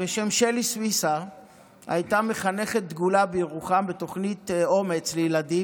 בשם שלי סוויסה הייתה מחנכת דגולה בירוחם בתוכנית "אומץ לילדים".